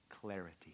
clarity